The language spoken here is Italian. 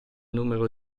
numero